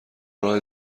راه